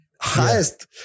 highest